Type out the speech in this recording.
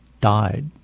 died